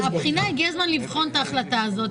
הגיע הזמן לבחון את ההחלטה הזאת,